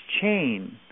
chain